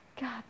God